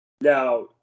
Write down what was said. now